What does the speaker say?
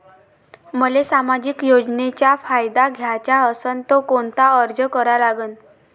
मले सामाजिक योजनेचा फायदा घ्याचा असन त कोनता अर्ज करा लागन?